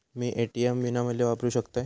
मी ATM विनामूल्य वापरू शकतय?